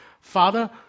Father